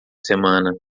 semana